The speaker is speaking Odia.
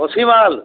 ଅଛି ମାଲ୍